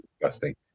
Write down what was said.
disgusting